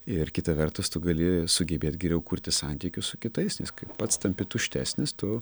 ir kita vertus tu gali sugebėt geriau kurti santykius su kitais nes kai pats tampi tuštesnis tu